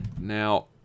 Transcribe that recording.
Now